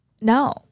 No